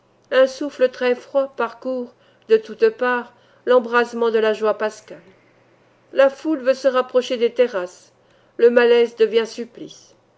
un souffle très froid parcourt de toutes parts l'embrasement de la joie pascale la foule veut se rapprocher des terrasses le malaise devient supplice